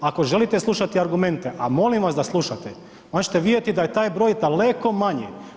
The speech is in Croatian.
Ako želite slušati argumente, a molim vas da slušate, onda ćete vidjeti da je taj broj daleko manji.